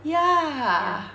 ya